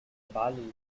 bali